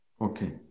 Okay